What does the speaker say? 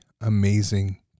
amazing